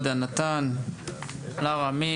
מישהו מכם רוצה להתייחס?